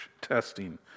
testing